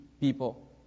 people